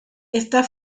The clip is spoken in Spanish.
está